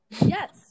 Yes